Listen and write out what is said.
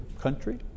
country